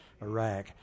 Iraq